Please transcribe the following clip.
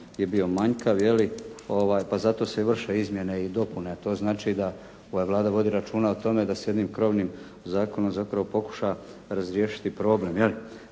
je bio manjkav je li, pa zato se vrše izmjene i dopune, a to znači da ova Vlada vodi računa o tome da s jednim krovnim zakonom zapravo pokuša razriješiti problem.